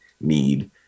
need